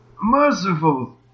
merciful